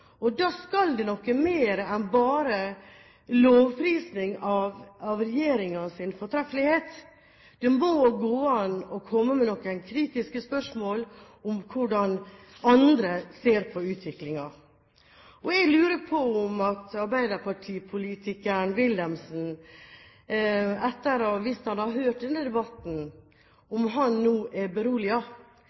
Og da skal det noe mer til enn bare lovprising av regjeringens fortreffelighet, det må gå an å komme med noen kritiske bemerkninger om hvordan andre ser på utviklingen. Jeg lurer på om arbeiderpartipolitikeren Ronny Wilhelmsen, hvis han hadde hørt denne debatten, hadde blitt beroliget. Det skulle være interessant å høre hans ord etter det som er